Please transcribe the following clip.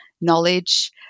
knowledge